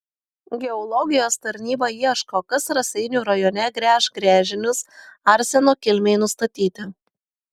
geologijos tarnyba ieško kas raseinių rajone gręš gręžinius arseno kilmei nustatyti